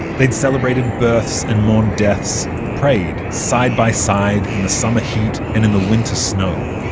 they'd celebrated births and mourned deaths. prayed, side by side, in the summer heat and in the winter snow.